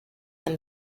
them